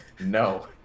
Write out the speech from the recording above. No